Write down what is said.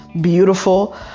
beautiful